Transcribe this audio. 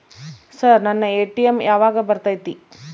Sir ನನ್ನ ATM ಯಾವಾಗ ಬರತೈತಿ?